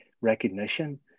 recognition